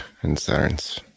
concerns